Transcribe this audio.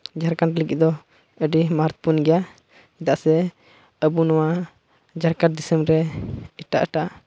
ᱡᱷᱟᱲᱠᱷᱚᱸᱰ ᱞᱟᱹᱜᱤᱫ ᱫᱚ ᱟᱹᱰᱤ ᱪᱮᱫᱟᱜ ᱥᱮ ᱟᱵᱚ ᱱᱚᱣᱟ ᱡᱷᱟᱲᱠᱷᱚᱸᱰ ᱫᱤᱥᱚᱢ ᱨᱮ ᱮᱴᱟᱜ ᱮᱴᱟᱜ